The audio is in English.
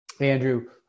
Andrew